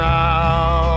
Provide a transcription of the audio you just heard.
now